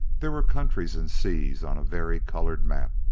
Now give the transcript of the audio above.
there were countries and seas on a vari-colored map,